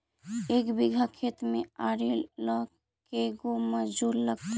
एक बिघा खेत में आरि ल के गो मजुर लगतै?